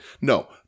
No